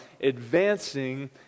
advancing